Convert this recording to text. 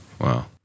Wow